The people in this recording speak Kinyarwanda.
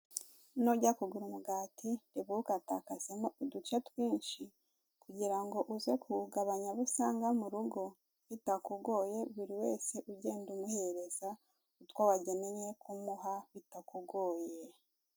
Nujya kugura umugati, reba ukatakasemo uduce twinshi, kugira uze kuwugabanya abo usanga mu rugo bitakugoye, buri wese ugenda umuhereza utwo wagennye kumuha bitakugoye.